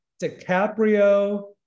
DiCaprio